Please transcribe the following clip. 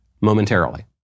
momentarily